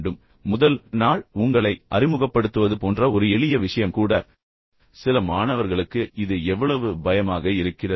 நான் எப்படி இருக்க வேண்டும் முதல் நாள் உங்களை அறிமுகப்படுத்துவது போன்ற ஒரு எளிய விஷயம் கூட சில மாணவர்களுக்கு இது எவ்வளவு பயமாக இருக்கிறது